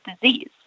disease